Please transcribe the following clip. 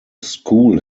school